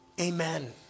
Amen